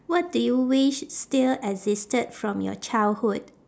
what do you wish still existed from your childhood